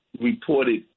reported